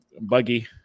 buggy